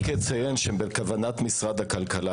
בכוונת משרד הכלכלה,